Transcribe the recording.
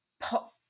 pop